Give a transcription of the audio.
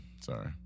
sorry